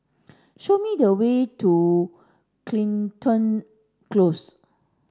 show me the way to Crichton Close